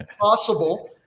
possible